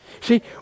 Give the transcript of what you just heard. See